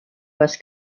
was